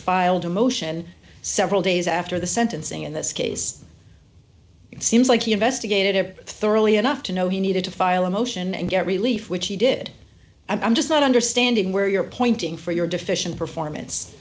filed a motion several days after the sentencing in this case it seems like he investigated it thoroughly enough to know he needed to file a motion and get relief which he did i'm just not understanding where you're pointing for your deficient performance